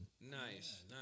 Nice